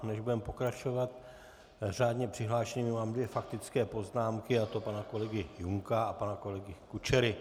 Než budeme pokračovat řádně přihlášenými, mám dvě faktické poznámky, a to pana kolegy Junka a pana kolegy Kučery.